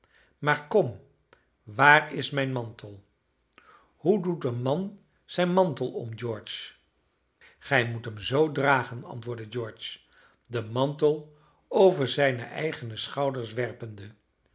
maar kom waar is mijn mantel hoe doet een man zijn mantel om george gij moet hem z dragen antwoordde george den mantel over zijne eigene schouders werpende